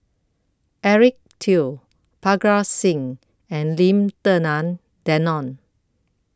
Eric Teo Parga Singh and Lim Denan Denon